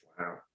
Wow